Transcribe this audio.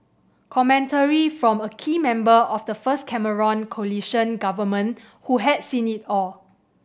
commentary from a key member of the first Cameron coalition government who had seen it all